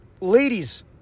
Ladies